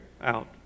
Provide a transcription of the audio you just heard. out